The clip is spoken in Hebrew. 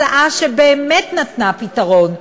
הצעה שבאמת נתנה פתרון,